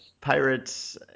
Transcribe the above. Pirates